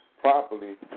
properly